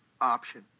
option